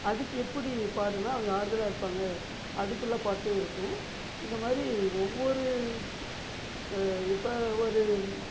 அதுக்கு எப்படி பாடினா அவங்க ஆறுதலாக இருப்பாங்க அதுக்குள்ள பாட்டும் இருக்கும் இந்தமாதிரி ஒவ்வொரு இப்போ ஒரு